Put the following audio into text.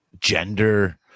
gender